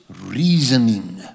reasoning